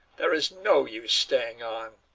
there is no use staying on.